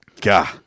God